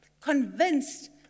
convinced